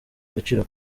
agaciro